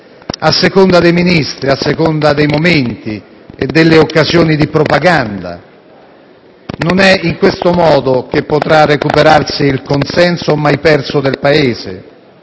a seconda dei Ministri, a seconda dei momenti e delle occasioni di propaganda. Non è in questo modo che potrà recuperarsi il consenso, ormai perso, del Paese